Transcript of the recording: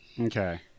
okay